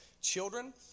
children